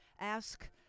Ask